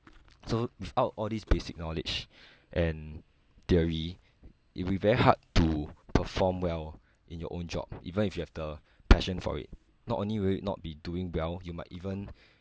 so without all these basic knowledge and theory it'll be very hard to perform well in your own job even if you have the passion for it not only will not be doing well you might even